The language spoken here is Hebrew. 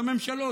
הממשלות,